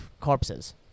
corpses